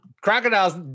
crocodiles